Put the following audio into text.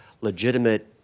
legitimate